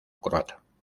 croata